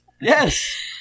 Yes